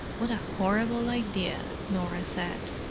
what a horrible idea! norah said.